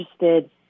interested